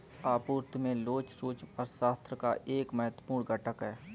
आपूर्ति में लोच सूक्ष्म अर्थशास्त्र का एक महत्वपूर्ण घटक है